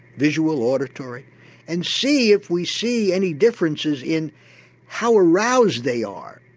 visual, auditory and see if we see any differences in how aroused they are.